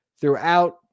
throughout